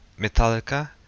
Metallica